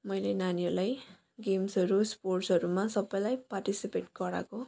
मैले नानीहरूलाई गेम्सहरू स्पोर्ट्सहरूमा सबैलाई पार्टिसिपेट गराएको